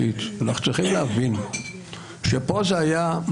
אחרי שהסברת לנו כל כך יפה שאנחנו לא העם,